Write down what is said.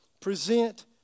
Present